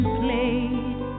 played